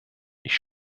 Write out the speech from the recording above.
ich